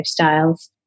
lifestyles